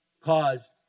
caused